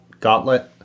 Gauntlet